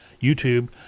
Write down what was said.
YouTube